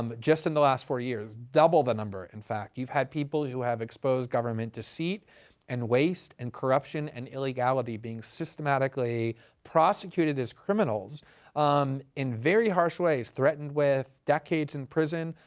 um just in the last four years, double the number, in fact. you've had people who have exposed government deceit and waste and corruption and illegality being systematically prosecuted as criminals um in very harsh ways, threatened with decades in prison,